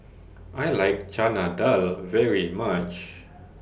I like Chana Dal very much